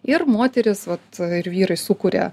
ir moterys vat ir vyrai sukuria